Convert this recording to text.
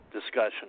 discussion